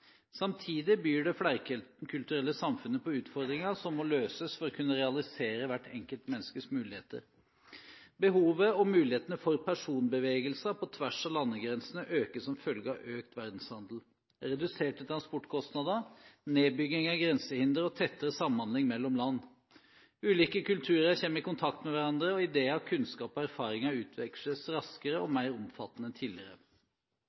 Samtidig byr det flerkulturelle samfunnet på utfordringer som må løses for å kunne realisere hvert enkelt menneskes muligheter. Behovet og mulighetene for personbevegelser på tvers av landegrensene øker som følge av økt verdenshandel, reduserte transportkostnader, nedbygging av grensehindre og tettere samhandling mellom land. Ulike kulturer kommer i kontakt med hverandre, og ideer, kunnskap og erfaringer utveksles raskere og mer omfattende enn tidligere.